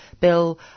bill